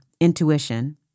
Intuition